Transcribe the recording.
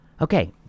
Okay